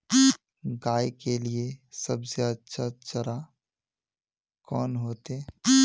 गाय के लिए सबसे अच्छा चारा कौन होते?